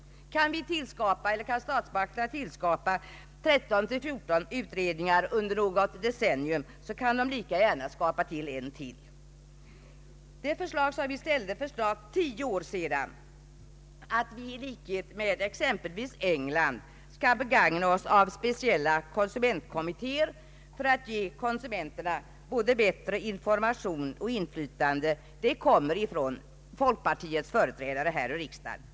Kan statsmakterna tillskapa 13—14 utredningar under något decennium, så kan de lika gärna tillskapa ytterligare en. Förslaget för snart tio år sedan om att vi här i Sverige i likhet med exempelvis England skall begagna oss av speciella konsumentkommittéer för att ge konsumenterna bättre information och inflytande kom från folkpartiets företrädare i riksdagen.